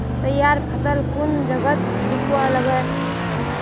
तैयार फसल कुन जगहत बिकवा लगे?